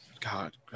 God